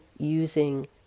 using